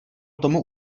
tomu